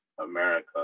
America